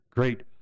Great